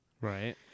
right